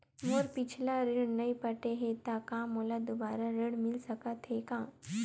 मोर पिछला ऋण नइ पटे हे त का मोला दुबारा ऋण मिल सकथे का?